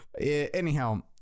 anyhow